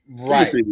Right